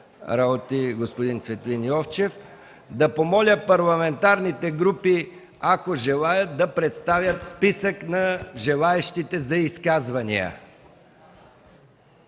работи господин Цветлин Йовчев. Ще помоля парламентарните групи, ако желаят, да представят списък на желаещите за изказвания.